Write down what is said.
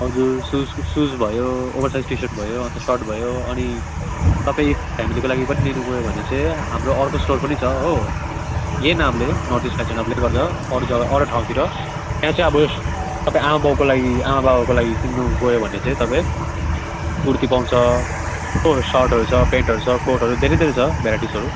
हजुर सूजको सूज भयो ओभर साइज टी सर्ट भयो अन्त सर्ट भयो अनि तपाईँ फेमिलीको लागि पनि लिनु गयो भने चाहिँ हाम्रो अर्को स्टोर पनि छ हो यही नामले नर्थ इस्ट फेसन हबले गर्दा अरू जग्गा अरू ठाउँतिर त्यहाँ चाहिँ अब तपाईँ आमा बाउको लागि आमा बाबाको लागि किन्नु गयो भने चाहिँ तपाईँ कुर्ती पाउँछ हो सर्टहरू छ प्यान्टहरू छ कोर्टहरू धेरै धेरै छ भेराइटिसहरू